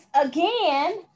again